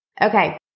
Okay